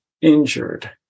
injured